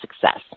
success